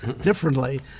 differently